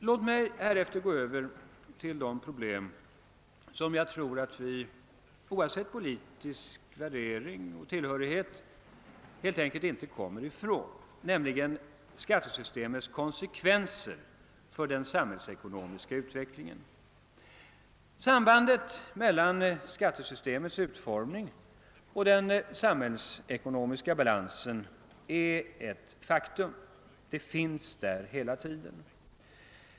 Låt mig härefter gå över till de problem, som jag tror att vi oavsett politisk värdering och tillhörighet helt enkelt inte kommer ifrån, nämligen skattesystemets konsekvenser för den samhällsekonomiska utvecklingen. Sambandet mellan skattesystemets utformning och den samhällsekonomiska balansen är ett faktum — det finns där hela tiden.